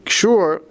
sure